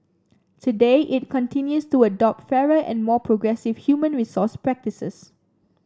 today it continues to adopt fairer and more progressive human resource practices